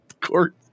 court